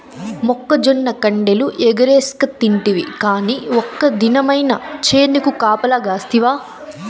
మొక్కజొన్న కండెలు ఎగరేస్కతింటివి కానీ ఒక్క దినమైన చేనుకు కాపలగాస్తివా